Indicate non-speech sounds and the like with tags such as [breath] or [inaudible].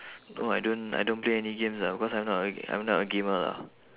[breath] no I don't I don't play any games ah because I'm not a I'm not a gamer lah